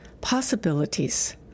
possibilities